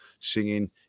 singing